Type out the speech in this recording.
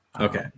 okay